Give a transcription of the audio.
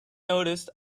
noticed